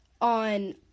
on